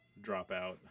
Dropout